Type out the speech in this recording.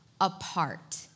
apart